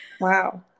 Wow